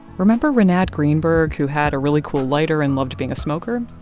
remember rinat greenberg, who had a really cool lighter and loved being a smoker?